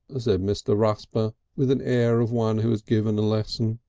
ah said mr. rusper with an air of one who has given a lesson.